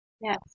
Yes